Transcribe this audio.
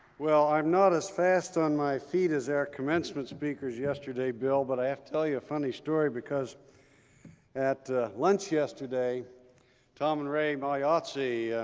well, i'm not as fast on my feet as our commencement speakers yesterday, bill, but i have to tell you a funny story. because at lunch yesterday tom and ray magliozzi,